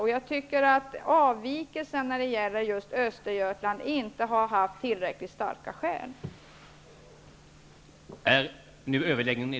Det har inte funnits tillräckligt starka skäl för avvikelsen i fråga om Östergötland.